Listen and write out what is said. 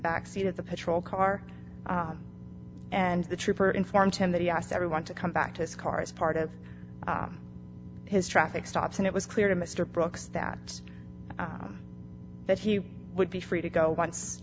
backseat of the patrol car and the trooper informed him that he asked everyone to come back to scar as part of his traffic stops and it was clear to mr brooks that that he would be free to go once